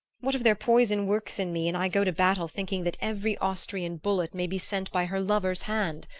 what if their poison works in me and i go to battle thinking that every austrian bullet may be sent by her lover's hand?